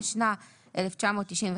התנ"ה-1995,